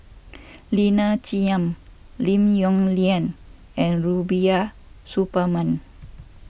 Lina Chiam Lim Yong Liang and Rubiah Suparman